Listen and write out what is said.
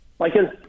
Michael